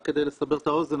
רק כדי לסבר את האוזן,